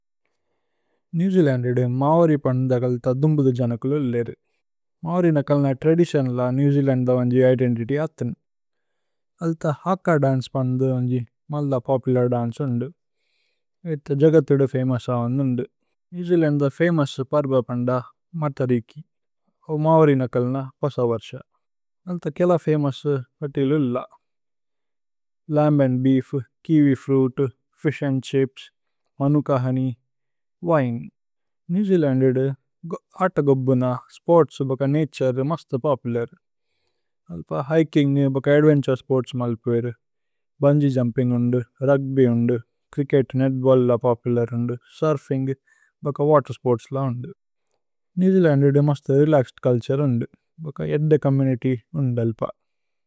New ജേഅലന്ദ്ദേ മവരി പന്ദകല്ത ദുമ്ബുദു ജനകുലു ലേരു। മവരി നകല്ന ത്രദിസിഓനല നേവ് ജേഅലന്ദ്ദ വന്ജി ഇദേന്തിത്യ് അഥിന്। അല്ഥ ഹാക്ക ദന്സ് പന്ദന്ദു വന്ജി മല്ല പോപുലര് ദന്സു ഉന്ദു। ഏഇഥ ജഗഥുദ ഫമോഉസ വന്ദു ഉന്ദു। നേവ് ജേഅലന്ദ്ദ ഫമോഉസ് പര്ബ പന്ദ മതരികി। ഓ മവരി നകല്ന പോസവര്ശ। അല്ഥ കേല ഫമോഉസ് പതിലു ഇല്ല। Lamb and beef, kiwi fruit, fish and chips, manuka honey, wine. നേവ് ജേഅലന്ദ്ദ ആത ഗോബ്ബുന സ്പോര്ത്സ് ബക നതുരേ മസ്ത പോപുലര്। അല്ഥ ഹികിന്ഗ് ബക അദ്വേന്തുരേ സ്പോര്ത്സ് മല്ലപുവേരു। ഭുന്ഗീ ജുമ്പിന്ഗ് ഉന്ദു, രുഗ്ബ്യ് ഉന്ദു, ച്രിച്കേത് നേത്ബല്ല്ല പോപുലര് ഉന്ദു, സുര്ഫിന്ഗ് ബക വതേര് സ്പോര്ത്സ്ല ഉന്ദു। നേവ് ജേഅലന്ദ്ദ മസ്ത രേലക്സേദ് ചുല്തുരേ ഉന്ദു। ഭക ഏദ്ദ ചോമ്മുനിത്യ് ഉന്ദു അല്ഥ।